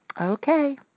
Okay